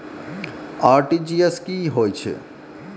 RTGS की होय छै?